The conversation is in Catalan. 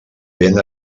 ben